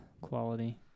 quality